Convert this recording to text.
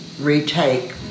retake